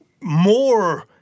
More